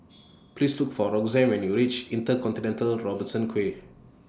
Please Look For Roxanne when YOU REACH Inter Continental Robertson Quay